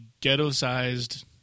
ghetto-sized